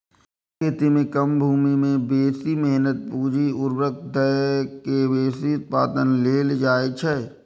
गहन खेती मे कम भूमि मे बेसी मेहनत, पूंजी, उर्वरक दए के बेसी उत्पादन लेल जाइ छै